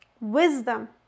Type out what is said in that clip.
wisdom